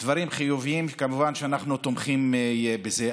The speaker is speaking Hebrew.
דברים חיוביים וכמובן שאנחנו תומכים בזה.